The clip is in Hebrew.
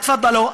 תפאדלו,